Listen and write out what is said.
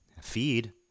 feed